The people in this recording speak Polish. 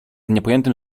niepojętym